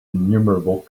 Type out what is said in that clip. innumerable